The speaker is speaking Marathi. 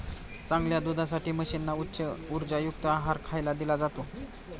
चांगल्या दुधासाठी म्हशींना उच्च उर्जायुक्त आहार खायला दिला जातो